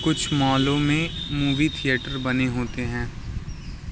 कुछ मॉलों में मूवी थिएटर बने होते हैं